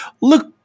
Look